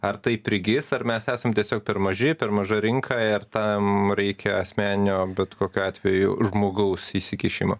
ar tai prigis ar mes esam tiesiog per maži per maža rinka ir tam reikia asmeninio bet kokiu atveju žmogaus įsikišimo